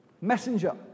messenger